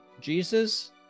Jesus